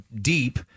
deep